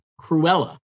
Cruella